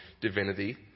divinity